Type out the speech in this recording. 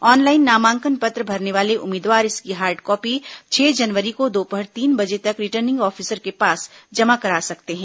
online नामांकन पत्र भरने वाले उम्मीदवार इसकी हार्डकॉपी छह जनवरी को दोपहर तीन बजे तक रिटर्निंग ऑफिसर के पास जमा करा सकते हैं